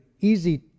easy